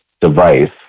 device